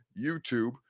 YouTube